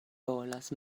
volas